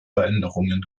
veränderungen